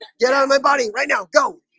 get out of my body right now go